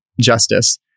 justice